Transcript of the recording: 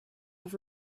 have